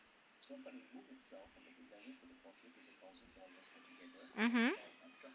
mmhmm